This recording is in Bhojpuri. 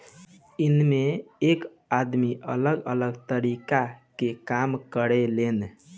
एइमें एक आदमी अलग अलग तरीका के काम करें लेन